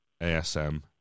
ASM